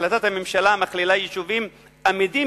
החלטת הממשלה מכלילה יישובים אמידים